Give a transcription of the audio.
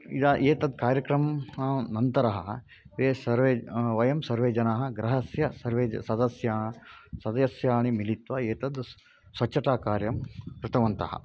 इदानिम् एतत् कार्यक्रमं अनन्तरम् एव सर्वे वयं सर्वे जनाः गृहस्य सर्वे सदस्याः सदस्याः मिलित्वा एतद् स्वच्छताकार्यं कृतवन्तः